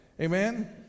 Amen